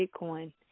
Bitcoin